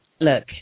look